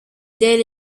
there